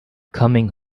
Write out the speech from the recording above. coming